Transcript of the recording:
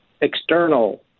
external